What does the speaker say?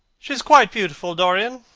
she is quite beautiful, dorian,